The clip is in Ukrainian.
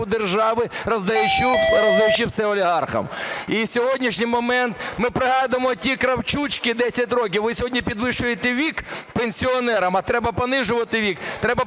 державу, роздаючи все олігархам. І на сьогоднішній момент... ми пригадуємо ті "кравчучки" 10 років. Ви сьогодні підвищуєте вік пенсіонерам, а треба понижувати вік. Треба